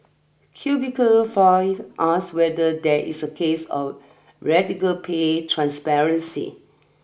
Cubicle Files ask whether there is a case of radical pay transparency